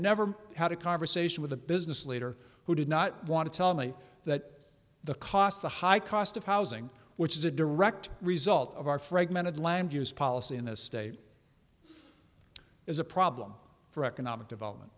never had a conversation with a business leader who did not want to tell me that the cost the high cost of housing which is a direct result of our fragmented land use policy in a state is a problem for economic development